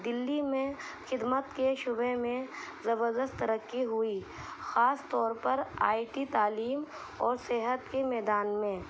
دلی میں خدمت کے شعبے میں زبردست ترقی ہوئی خاص طور پر آئی ٹی تعلیم اور صحت کے میدان میں